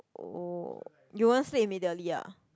oh you want sleep immediately ah